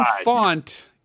font